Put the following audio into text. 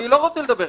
אני לא רוצה לדבר,